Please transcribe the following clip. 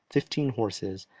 fifteen horses,